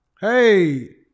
hey